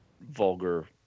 vulgar